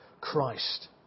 Christ